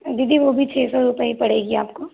दीदी वो भी छः सौ रुपये ही पड़ेगी आपको